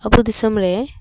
ᱟᱵᱚ ᱫᱤᱥᱚᱢ ᱨᱮ